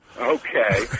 Okay